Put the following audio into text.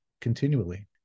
continually